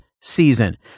season